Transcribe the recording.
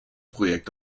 projekt